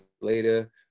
later